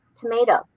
tomato